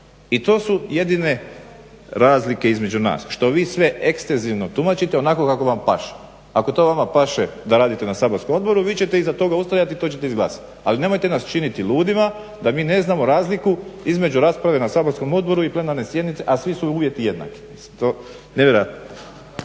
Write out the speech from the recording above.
i to su jedine razlike između nas, što vi sve ekstenzivno tumačite, onako kako vam paše. Ako to vama paše da radite na saborskom odboru vi ćete iza toga ustrajati i to ćete izglasati, ali nemojte nas činiti ludima da mi ne znamo razliku između rasprave na saborskom odboru i plenarne sjednice a svi su uvjeti jednaki. Nevjerojatno.